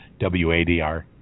WADR